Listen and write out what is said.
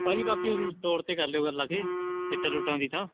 ਭਾਅ ਜੀ ਬਾਕੀ ਤੁਸੀਂ ਸਟੋਰ 'ਤੇ ਕਰ ਲਿਓ ਗੱਲ ਆ ਕੇ ਰੇਟਾਂ ਰੁੱਟਾਂ ਦੀ ਤਾਂ